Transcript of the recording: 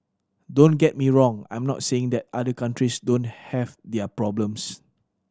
don't get me wrong I'm not saying that other countries don't have their problems